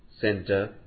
Center